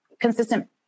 consistent